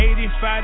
85